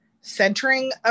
centering